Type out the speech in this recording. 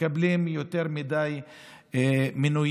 מקבלים יותר מדי מינויים,